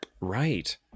right